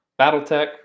BattleTech